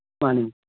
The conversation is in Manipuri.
ꯃꯥꯅꯤ